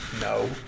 No